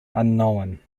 unknown